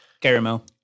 Caramel